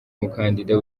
umukandida